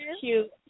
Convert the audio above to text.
cute